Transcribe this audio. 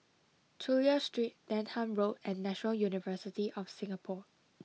Chulia Street Denham Road and National University of Singapore